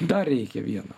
dar reikia vieno